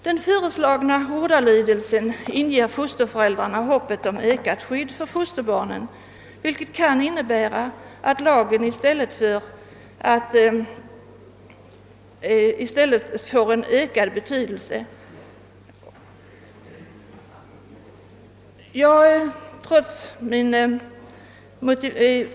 Den föreslagna ordalydelsen inger fosterföräldrarna hopp om ökat skydd för fosterbarn, vilket kan innebära att lagen i stället får ökad betydelse.